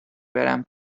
برم